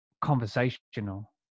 conversational